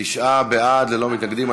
תשעה בעד, ללא מתנגדים.